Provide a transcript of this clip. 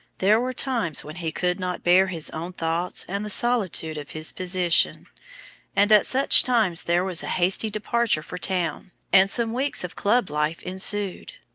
there were times when he could not bear his own thoughts and the solitude of his position and at such times there was a hasty departure for town, and some weeks of club life ensued,